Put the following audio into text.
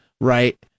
right